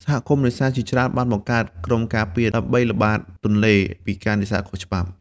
សហគមន៍នេសាទជាច្រើនបានបង្កើត ក្រុមការពារ ដើម្បីល្បាតទន្លេពីការនេសាទខុសច្បាប់។